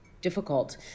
difficult